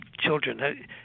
children